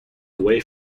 away